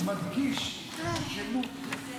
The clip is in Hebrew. גבירתי